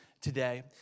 today